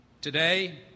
Today